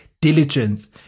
diligence